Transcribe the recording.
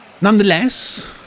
Nonetheless